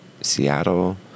seattle